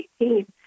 2018